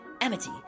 Amity